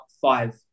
five